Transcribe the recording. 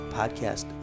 podcast